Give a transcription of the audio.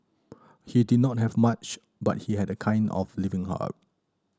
he did not have much but he had a kind of living heart